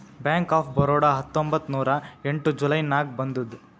bank of Baroda ಹತ್ತೊಂಬತ್ತ್ ನೂರಾ ಎಂಟ ಜುಲೈ ನಾಗ್ ಬಂದುದ್